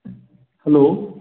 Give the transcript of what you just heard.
hello